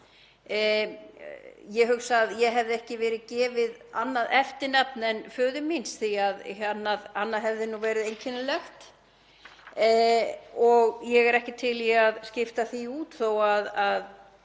Ég hugsa að ég hefði ekki gefið annað eftirnafn en föður míns því að annað hefði verið einkennilegt og ég er ekki til í að skipta því út þó að